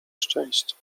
szczęście